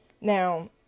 Now